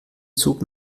zug